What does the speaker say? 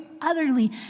utterly